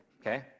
okay